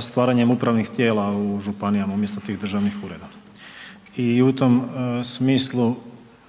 stvaranjem upravnih tijela u županijama umjesto tih državnih ureda i u tom smislu